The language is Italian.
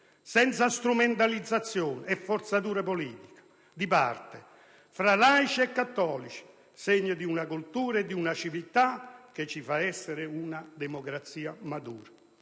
senza strumentalizzazioni e forzature politiche di parte, tra laici e cattolici, segno di una cultura e di una civiltà che ci fa essere una democrazia matura.